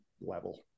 level